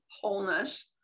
wholeness